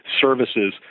services